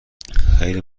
خیلی